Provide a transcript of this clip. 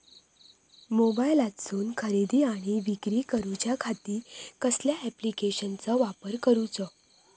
मोबाईलातसून खरेदी आणि विक्री करूच्या खाती कसल्या ॲप्लिकेशनाचो वापर करूचो?